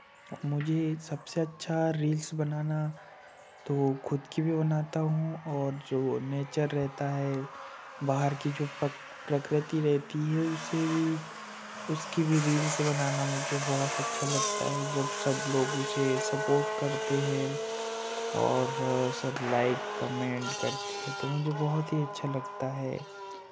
मुझे इन सबसे अच्छा रील्स बनाना तो खुद की भी बनाता हूँ और जो नेचर रहता है बाहर की जो प प्रकृति रहती है उसे भी उसकी भी रील्स बनाना मुझे बहुत अच्छा लगता है जब सब लोग उसे सपोर्ट करते हैं और सब लाइक कमेन्ट करते हैं तो मुझे बहुत ही अच्छा लगता है